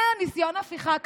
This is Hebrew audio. נו, ניסיון הפיכה.